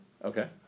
Okay